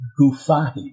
Hufahi